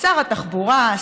שר התחבורה,